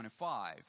25